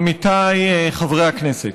עמיתיי חברי הכנסת,